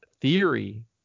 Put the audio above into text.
theory